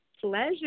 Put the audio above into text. Pleasure